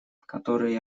которые